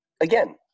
again